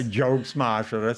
džiaugsmo ašaros